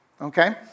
Okay